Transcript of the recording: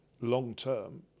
long-term